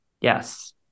Yes